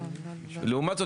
לעומת זאת,